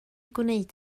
gwneud